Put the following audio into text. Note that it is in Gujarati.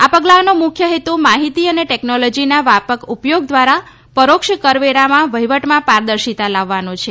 આ પગલાંનો મુખ્ય હેતુ માહિતી અને ટેકનોલોજીના વ્યાપક ઉદ્યોગ દ્વારા અપ્રત્યક્ષ વેરાના વહીવટમાં પારદર્શિતા લાવવાનો છે